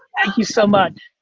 you so much,